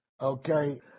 Okay